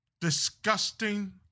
Disgusting